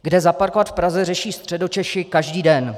Kde zaparkovat v Praze, řeší Středočeši každý den.